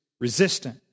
resistant